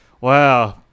Wow